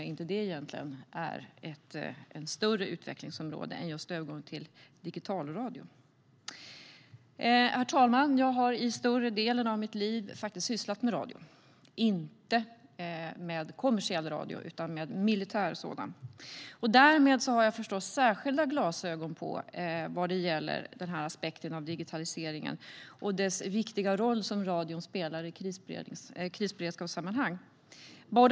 Frågan är om det egentligen inte är ett större utvecklingsområde än just övergång till digitalradio. Herr talman! Jag har i större delen av mitt liv sysslat med radio, inte med kommersiell radio utan med militär sådan. Därmed har jag förstås särskilda glasögon på vad gäller den aspekten av digitaliseringen och den viktiga roll som radion spelar i ett krisberedskapssammanhang.